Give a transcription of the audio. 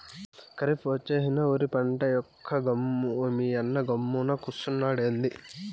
కరీఫ్ ఒచ్చేసినా ఒరి పంటేయ్యక నీయన్న గమ్మున కూసున్నాడెంది